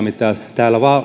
mitä